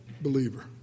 believer